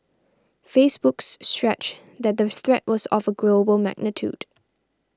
Facebook's Stretch that the threat was of a global magnitude